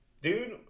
Dude